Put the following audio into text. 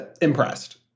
impressed